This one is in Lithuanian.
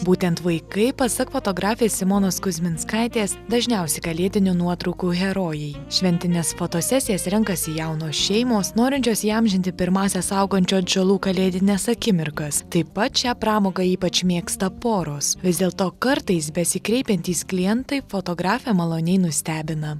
būtent vaikai pasak fotografės simonos kuzminskaitės dažniausi kalėdinių nuotraukų herojai šventines fotosesijas renkasi jaunos šeimos norinčios įamžinti pirmąsias augančių atžalų kalėdines akimirkas taip pat šią pramogą ypač mėgsta poros vis dėlto kartais besikreipiantys klientai fotografę maloniai nustebina